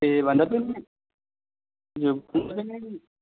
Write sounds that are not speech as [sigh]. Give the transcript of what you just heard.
ए भन्दा पनि [unintelligible]